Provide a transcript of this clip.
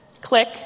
Click